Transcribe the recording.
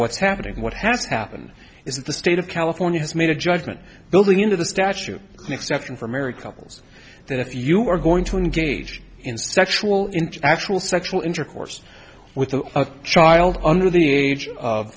what's happening what has happened is that the state of california has made a judgment building into the statute an exception for married couples that if you were going to engage in sexual in actual sexual intercourse with a child under the age of